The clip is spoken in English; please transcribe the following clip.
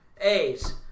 A's